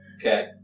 Okay